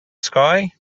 sky